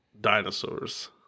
dinosaurs